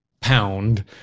pound